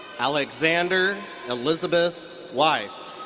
alexandra elizabeth weiss.